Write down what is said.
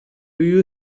you